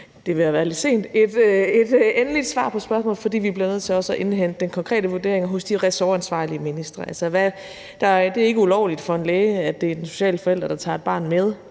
er ved at være lidt sent – et endeligt svar på spørgsmålet, for vi bliver nødt til også at indhente den konkrete vurdering hos de ressortansvarlige ministre. Det er ikke ulovligt for en læge, at det er den sociale forælder, der tager et barn med